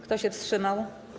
Kto się wstrzymał?